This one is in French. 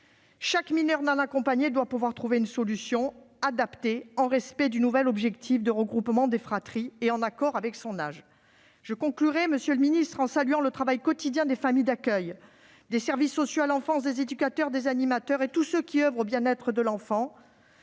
Chaque mineur non accompagné doit pouvoir trouver une solution, adaptée à son âge et conforme à l'objectif de regroupement des fratries. Je conclurai, monsieur le secrétaire d'État, en saluant le travail quotidien des familles d'accueil, des services sociaux à l'enfance, des éducateurs, des animateurs et de tous ceux qui oeuvrent au bien-être de l'enfant.